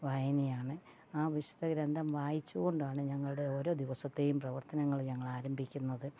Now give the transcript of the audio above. വായനയാണ് ആ വിശുദ്ധ ഗ്രന്ഥം വായിച്ചുകൊണ്ടാണ് ഞങ്ങളുടെ ഓരോ ദിവസത്തെയും പ്രവർത്തനങ്ങൾ ഞങ്ങൾ ആരംഭിക്കുന്നത്